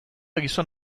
gizon